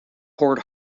port